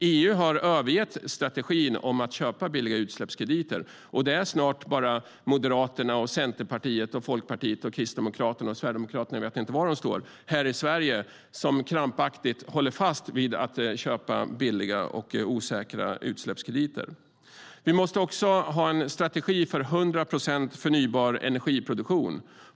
EU har övergett strategin att köpa billiga utsläppskrediter. Det är snart bara Moderaterna, Centerpartiet, Folkpartiet och Kristdemokraterna - jag vet inte var Sverigedemokraterna står - här i Sverige som krampaktigt håller fast vid att köpa billiga och osäkra utsläppskrediter. Vi måste också ha en strategi för 100 procent förnybar energiproduktion.